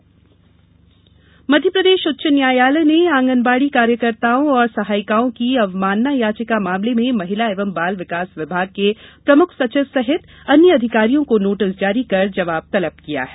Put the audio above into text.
उच्च न्यायालय मध्यप्रदेश उच्च न्यायालय ने आंगनबाडी कार्यकर्ताओं और सहायिकाओं की अवमानना याचिका मामले में महिला एवं बाल विकास विभाग के प्रमुख सचिव सहित अन्य अधिकारियों को नोटिस जारी कर जवाब तलब किया है